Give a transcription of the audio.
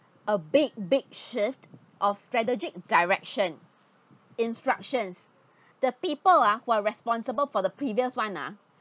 a big big shift of strategic direction instructions the people ah who are responsible for the previous one nah